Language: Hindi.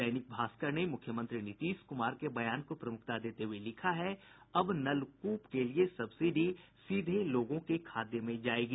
दैनिक भास्कर ने मुख्यमंत्री नीतीश कुमार के बयान को प्रमुखता देते हुए लिखा है अब नलकूप के लिए सब्सिडी सीधे लोगों के खाते में जायेगी